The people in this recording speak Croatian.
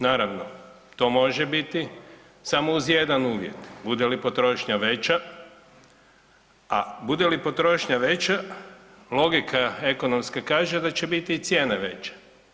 Naravno, to može biti samo uz jedan uvjet, bude li potrošnja veća, a bude li potrošnja veća logika ekonomska kaže da će biti i cijene veće.